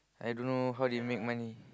I don't know how they make money